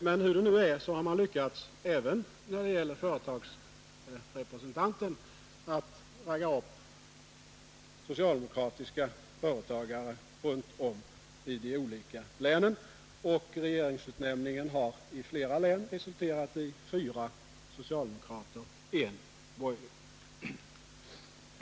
Men hur det nu är har man lyckats att även när det gäller företagarrepresentanterna ragga upp socialdemokratiska företagare runt om i de olika länen, och regeringsutnämningen har i flera län resulterat i fyra socialdemokrater och en borgerlig.